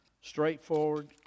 straightforward